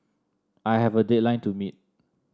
I have a deadline to meet